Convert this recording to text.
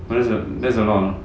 oh that's a that's a lot ah